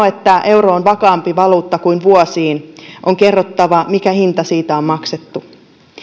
että euro on vakaampi valuutta kuin vuosiin on kerrottava mikä hinta siitä on maksettu